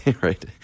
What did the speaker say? right